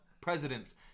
presidents